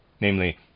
namely